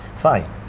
fine